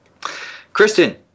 Kristen